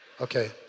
Okay